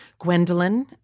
Gwendolyn